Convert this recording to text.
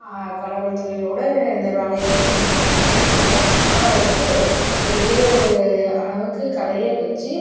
கடவுள் துணையோடு இந்த வேலையை செஞ்சு முடிச்சிடுவேன்னு நினைக்கிறேன் கண்டிப்பாக வந்துட்டு ஒரு பெரிய ஒரு அளவுக்கு கடையை வச்சு